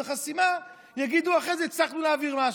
החסימה יגידו אחרי זה: הצלחנו להעביר משהו.